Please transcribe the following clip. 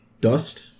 dust